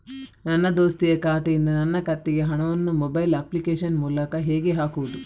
ನನ್ನ ದೋಸ್ತಿಯ ಖಾತೆಯಿಂದ ನನ್ನ ಖಾತೆಗೆ ಹಣವನ್ನು ಮೊಬೈಲ್ ಅಪ್ಲಿಕೇಶನ್ ಮೂಲಕ ಹೇಗೆ ಹಾಕುವುದು?